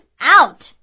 out